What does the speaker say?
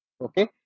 okay